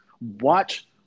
watch